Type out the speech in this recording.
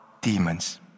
demons